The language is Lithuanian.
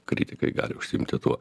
kritikai gali užsiimti tuo